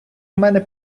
мене